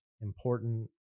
important